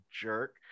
jerk